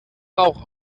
rauch